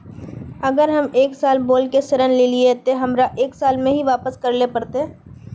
अगर हम एक साल बोल के ऋण लालिये ते हमरा एक साल में ही वापस करले पड़ते?